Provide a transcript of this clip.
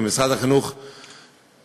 ובמשרד החינוך בתשע"ה,